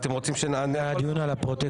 לדיון על הפרוטקשן.